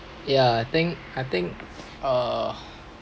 ya I think I think uh